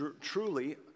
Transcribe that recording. truly